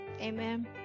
Amen